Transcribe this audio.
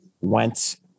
went